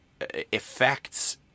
effects